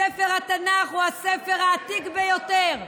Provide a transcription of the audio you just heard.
ספר התנ"ך הוא הספר העתיק ביותר,